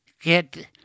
get